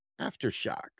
aftershocks